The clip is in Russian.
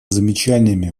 замечаниями